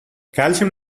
calcium